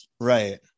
Right